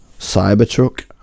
Cybertruck